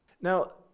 Now